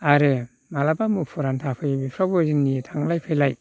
आरो माब्लाबा मुफुुरानो थाफैयो बेफ्रावबो जोंनि थांलाय फैलाय